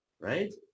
right